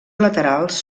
laterals